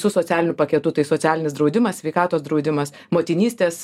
su socialiniu paketu tai socialinis draudimas sveikatos draudimas motinystės